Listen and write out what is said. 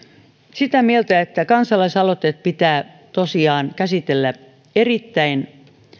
sitä mieltä että kansalaisaloitteet pitää tosiaan käsitellä erittäin